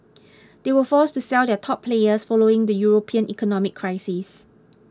they were forced to sell their top players following the European economic crisis